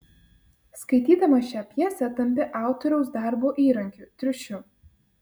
skaitydamas šią pjesę tampi autoriaus darbo įrankiu triušiu